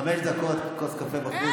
טלי, חמש דקות כוס קפה בחוץ.